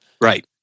Right